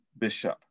bishop